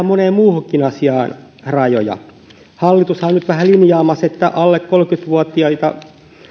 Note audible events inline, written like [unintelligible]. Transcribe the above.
[unintelligible] moneen muuhunkin asiaan rajoja hallitushan on nyt vähän linjaamassa että alle kolmekymmentä vuotiaita